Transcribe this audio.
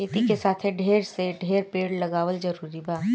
खेती के साथे ढेर से ढेर पेड़ लगावल जरूरी बा